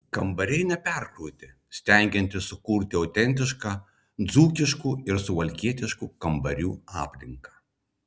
kambariai neperkrauti stengiantis sukurti autentišką dzūkiškų ir suvalkietiškų kambarių aplinką